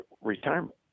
retirement